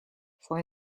fue